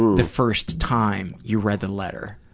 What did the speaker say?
the first time you read the letter.